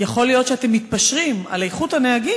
יכול להיות שאתם מתפשרים על איכות הנהגים